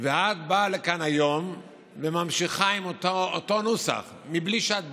ואת באה לכאן היום וממשיכה עם אותו נוסח בלי שאת בודקת.